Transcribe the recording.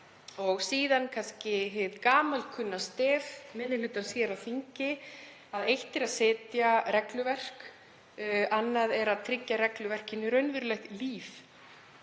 Síðan kemur hið gamalkunna stef minni hlutans hér á þingi að eitt sé að setja regluverk en annað er að tryggja regluverkinu raunverulegt líf,